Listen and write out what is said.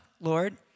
Lord